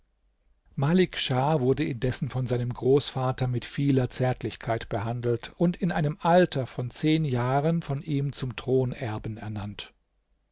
malik schah wurde indessen von seinem großvater mit vieler zärtlichkeit behandelt und in einem alter von zehn jahren von ihm zum thronerben ernannt